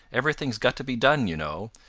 everything's got to be done, you know.